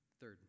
Third